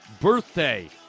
birthday